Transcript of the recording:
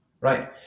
right